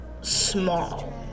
small